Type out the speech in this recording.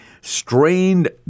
strained